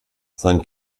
sein